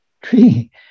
tree